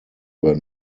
were